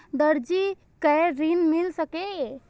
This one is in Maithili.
दर्जी कै ऋण मिल सके ये?